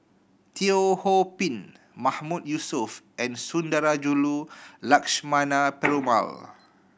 Teo Ho Pin Mahmood Yusof and Sundarajulu Lakshmana Perumal